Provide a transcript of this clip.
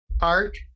Art